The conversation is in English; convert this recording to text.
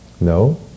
No